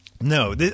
No